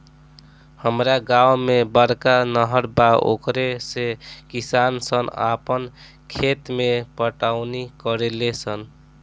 हामरा गांव में बड़का नहर बा ओकरे से किसान सन आपन खेत के पटवनी करेले सन